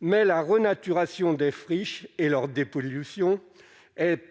mais la renaturation des friches et lors des pollutions